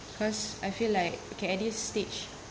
cause I feel like okay at this stage